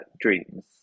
dreams